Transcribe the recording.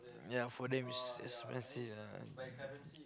ya for them it's expensive